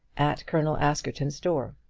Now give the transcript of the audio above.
at colonel askerton's door.